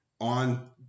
on